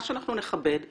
מה שאנחנו נכבד,